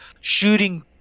shooting